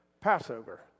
Passover